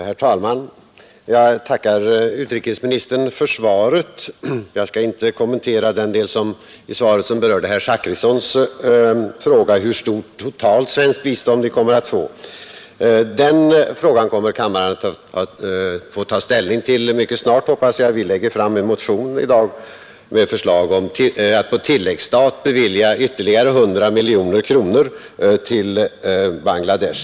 Herr talman! Jag tackar utrikesministern för svaret. Jag skall inte kommentera den del av det som berör herr Zachrissons fråga hur stort det totala svenska biståndet till Bangladesh kommer att bli; den frågan kommer kammaren att få ta ställning till mycket snart, hoppas jag. Vi väcker i dag en motion med förslag att på tilläggsstat bevilja ytterligare 100 miljoner kronor till Bangladesh.